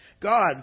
God